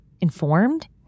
informed